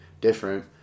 different